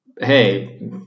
hey